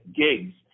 gigs